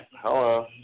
Hello